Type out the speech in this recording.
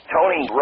Tony